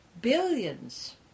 billions